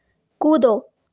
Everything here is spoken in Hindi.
कूदो